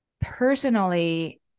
personally